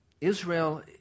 Israel